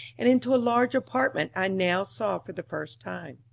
and into a large apartment i now saw for the first time.